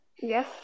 Yes